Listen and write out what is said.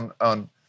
on